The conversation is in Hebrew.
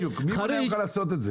מי מונע ממך לעשות את זה?